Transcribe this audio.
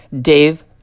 Dave